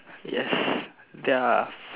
yes ya